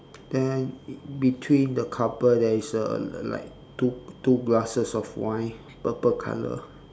then in between the couple there is a like two two glasses of wine purple colour